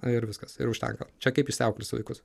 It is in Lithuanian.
ir viskas ir užtenka čia kaip išsiauklėsi vaikus